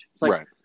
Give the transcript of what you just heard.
Right